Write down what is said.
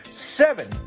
Seven